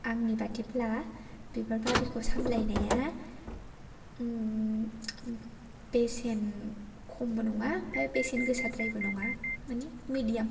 आंनि बादिब्ला बिबार बारिखौ सामब्लायनाया बेसेन खमबो नङा ओमफ्राय बेसेन गोसाद्रायबो नङा माने मेडियाम